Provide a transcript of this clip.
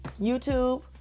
YouTube